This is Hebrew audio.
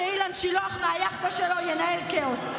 נגמרו הימים שאילן שילוח, מהיאכטה שלו, ינהל כאוס.